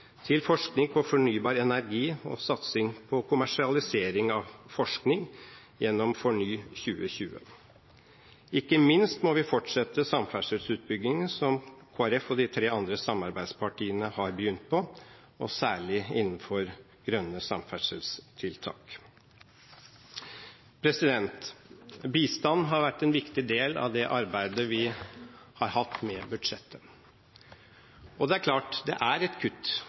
til forskning på fornybar energi og satsing på kommersialisering av forskning gjennom FORNY2020. Ikke minst må vi fortsette samferdselsutbyggingen som Kristelig Folkeparti og de tre andre samarbeidspartiene har begynt på, og særlig innenfor grønne samferdselstiltak. Bistand har vært en viktig del av det arbeidet vi har hatt med budsjettet. Og det er et kutt